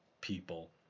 people